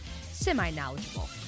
semi-knowledgeable